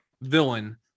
villain